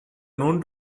known